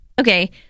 okay